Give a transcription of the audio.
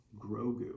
Grogu